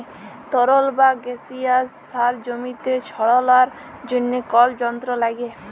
তরল বা গাসিয়াস সার জমিতে ছড়ালর জন্হে কল যন্ত্র লাগে